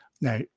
now